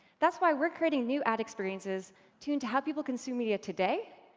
that's why we're creating new ad experiences tuned to how people consume media today,